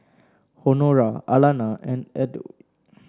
Honora Alannah and Edw